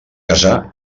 casar